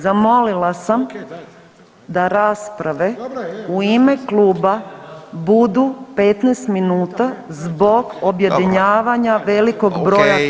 Zamolila sam da rasprave u ime kluba budu 15 minut zbog objedinjavanja velikog broja točaka.